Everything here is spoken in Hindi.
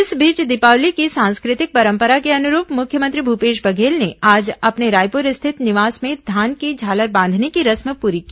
इस बोर्च दीपावली की सांस्कृतिक परंपरा के अनुरूप मुख्यमंत्री भूपेश बघेल ने आज अपने रायपुर स्थित निवास में धान की झालर बांधने की रस्म पूरी की